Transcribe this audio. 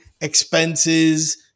expenses